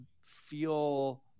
feel